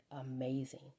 amazing